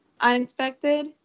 unexpected